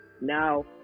Now